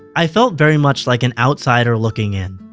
i felt very much like an outsider looking in.